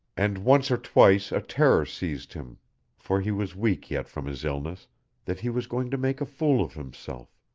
and once or twice a terror seized him for he was weak yet from his illness that he was going to make a fool of himself.